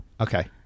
Okay